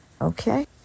okay